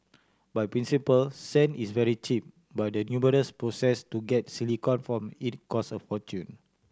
by principle sand is very cheap but the numerous process to get silicon from it cost a fortune